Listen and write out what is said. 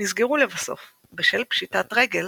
נסגרו לבסוף בשל פשיטת רגל